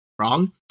wrong